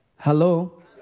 Hello